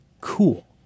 cool